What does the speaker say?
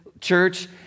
church